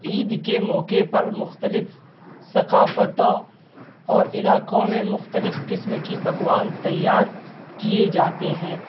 عید کے موقعے پر مختلف ثقافتوں اور علاقوں میں مختلف قسم کی پکوان تیار کیے جاتے ہیں